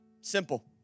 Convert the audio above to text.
Simple